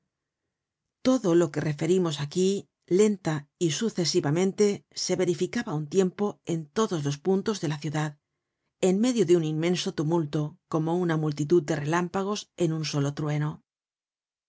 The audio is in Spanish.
todo lo que referimos aquí lenta y sucesivamente se verificaba á un tiempo en todos los puntos de la ciudad en medio de un inmenso tumulto como una multitud de relámpagos en un solo trueno en